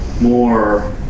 more